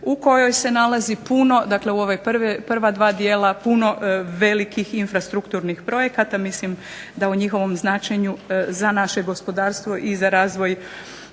u kojoj se nalazi puno dakle u ova prava dva dijela puno velikih infrastrukturnih projekata. Mislim da u njihovom značenju za naše gospodarstvo i za razvoj